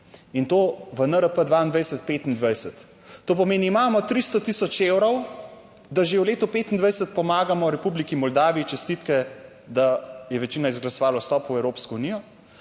in to v NRP 2022-2025, to pomeni, imamo 300 tisoč evrov, da že v letu 2025 pomagamo Republiki Moldaviji. Čestitke, da je večina izglasovala vstop v Evropsko unijo,